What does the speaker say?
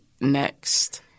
next